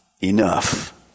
enough